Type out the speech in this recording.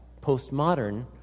postmodern